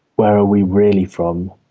where are we really from?